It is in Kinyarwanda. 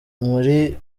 muri